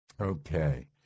Okay